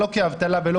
לא כאבטלה ולא כמענק.